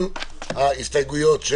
הסתייגות מס'